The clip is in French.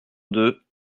deux